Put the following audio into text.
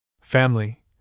family